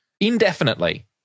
indefinitely